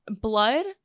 blood